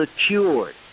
secured